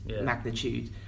magnitude